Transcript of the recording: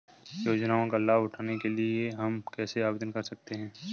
योजनाओं का लाभ उठाने के लिए हम कैसे आवेदन कर सकते हैं?